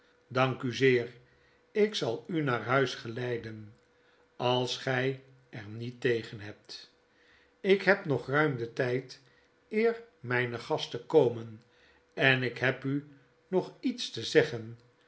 dank u zeer ik zal u naar huis geleiden als gy er niet tegen hebt ik heb nog ruim den tyd eer myne gasten komen en ik heb u nog iets te zeggen